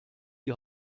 die